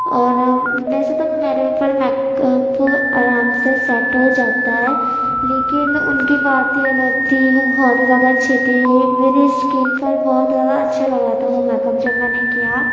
اور ویسے تو میرے اوپر میک اپ آرام سے سیٹ ہو جاتا ہے لیکن ان کی بات ہی الگ تھی وہ بہت ہی زیادہ اچھے تھے میری اسکین پر بہت زیادہ اچھا لگا تھا وہ میک اپ جب میں نے کیا